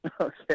Okay